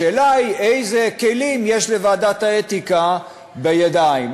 השאלה היא איזה כלים יש לוועדת האתיקה בידיים,